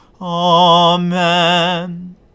Amen